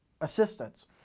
assistance